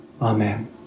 Amen